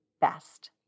best